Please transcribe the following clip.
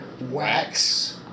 wax